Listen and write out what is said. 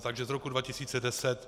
Takže z roku 2010...